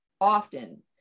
often